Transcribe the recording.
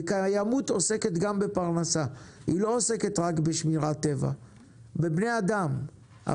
קיימות עוסקת גם בפרנסה של בני אדם,